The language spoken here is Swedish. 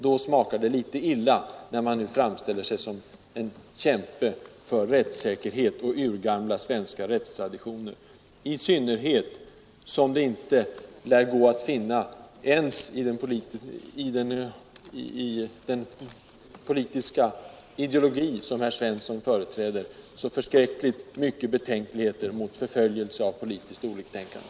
Då smakar det litet illa när man nu framställer sig som en kämpe för rättssäkerhet och urgamla svenska rättstraditioner, i synnerhet som det inte ens i den politiska ideologi som herr Svensson företräder lär gå att finna så förskräckligt mycket betänkligheter mot förföljelse av politiskt oliktänkande.